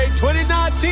2019